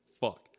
Fuck